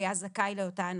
החדש.